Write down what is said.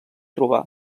trobar